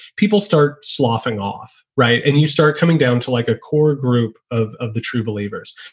people start sloughing off. right. and you start coming down to like a core group of of the true believers.